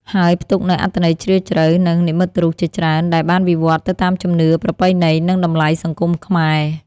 ហើយផ្ទុកនូវអត្ថន័យជ្រាលជ្រៅ និងនិមិត្តរូបជាច្រើន ដែលបានវិវត្តន៍ទៅតាមជំនឿ ប្រពៃណី និងតម្លៃសង្គមខ្មែរ។